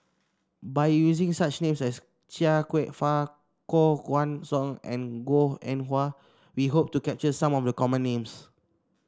by using such names as Chia Kwek Fah Koh Guan Song and Goh Eng Wah we hope to capture some of the common names